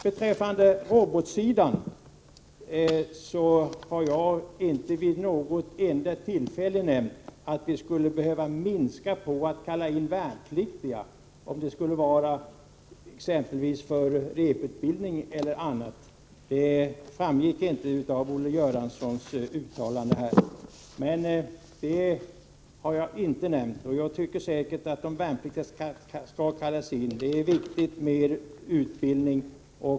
På robotsidan vill jag framhålla att jag inte vid något tillfälle nämnt att det skulle behövas en minskning när det gäller att kalla in värnpliktiga, exempelvis för reputbildning. Det framgick inte av Olle Göranssons uttalande här. Jag tycker verkligen att de värnpliktiga skall kallas in. Det är viktigt med utbildning.